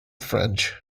french